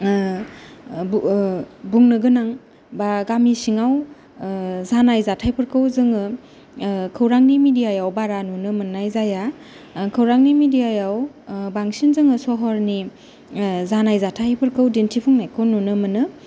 बुंनो गोनां बा गामि सिङाव जानाय जाथायफोरखौ जोङो खौरांनि मिदियायाव बारा नुनो मोन्नाय जाया खौरांनि मिदियायाव बांसिन जोङो सहरनि जानाय जाथायफोरखौ दिन्थिफुंनायखौ नुनो मोनो